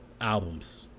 albums